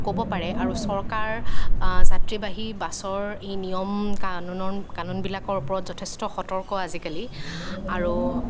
ক'ব পাৰে আৰু চৰকাৰ যাত্ৰীবাহী বাছৰ এই নিয়ম কানুনন কানুনবিলাকৰ ওপৰত যথেষ্ট সতৰ্ক আজিকালি আৰু